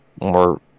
more